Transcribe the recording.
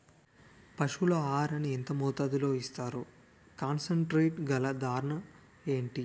పశువుల ఆహారాన్ని యెంత మోతాదులో ఇస్తారు? కాన్సన్ ట్రీట్ గల దాణ ఏంటి?